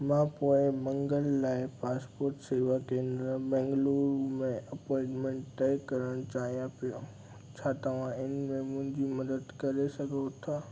मां पोइ मंगल लाइ पासपोर्ट सेवा केंद्र बेंगलुरु में अपोइंटमेन्ट तइ करणु चाहियां पियो छा तव्हां इन में मुंहिंजी मदद करे सघो थो